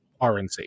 RNC